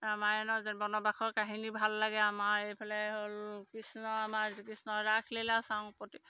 ৰামায়ণৰ বনবাসৰ কাহিনী ভাল লাগে আমাৰ এইফালে হ'ল কৃষ্ণ আমাৰ কৃষ্ণৰ ৰাস লিলা চাও প্ৰতি